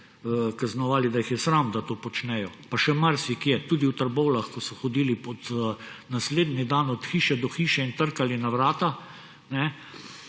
kaznovali, da jih je sram, da to počnejo, pa še marsikje. Tudi v Trbovljah, ko so hodili naslednji dan od hiše do hiše, trkali na vrata